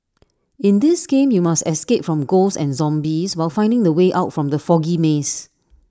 in this game you must escape from ghosts and zombies while finding the way out from the foggy maze